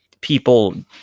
people